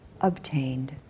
obtained